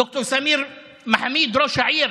ד"ר סמיר מחאמיד, ראש העיר?